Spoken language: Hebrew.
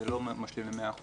זה לא משלים ל-100%,